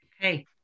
Okay